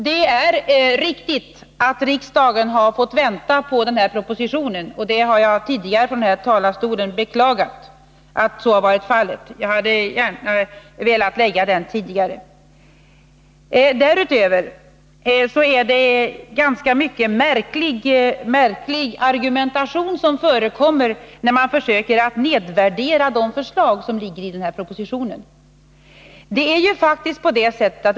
Det är riktigt att riksdagen har fått vänta på propositionen. Detta har jag tidigare från den här talarstolen beklagat; jag hade gärna velat framlägga propositionen tidigare. Dessutom är det en ganska märklig argumentering som förekommer när man försöker nedvärdera de förslag som ligger i propositionen.